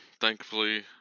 Thankfully